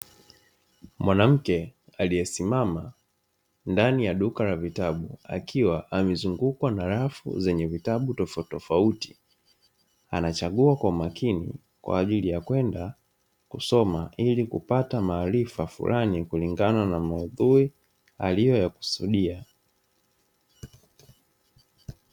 Mwanamke aliyesimama ndani ya duka la vitabu akiwa amezungukwa na rafu zenye vitabu tofauti tofauti anachagua kwa umakini kwa ajili ya kwenda kusoma ili kupata maarifa fulani kulingana na maudhui aliyoyakusudia.